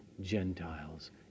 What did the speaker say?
Gentiles